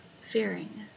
fearing